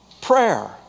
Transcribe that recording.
prayer